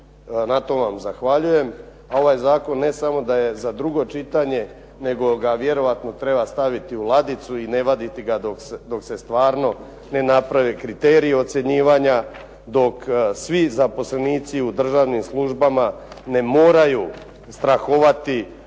na to vam zahvaljujem. A ovaj zakon ne samo da je za drugo čitanje, nego ga vjerojatno treba staviti u ladicu i ne vaditi ga dok se stvarno ne naprave kriteriji ocjenjivanja, dok svi zaposlenici u državnim službama ne moraju strahovati